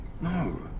No